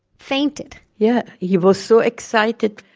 fainted yeah, he was so excited